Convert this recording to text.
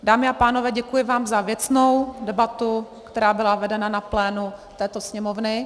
Dámy a pánové, děkuji vám za věcnou debatu, která byla vedena na plénu této Sněmovny.